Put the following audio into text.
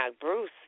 Bruce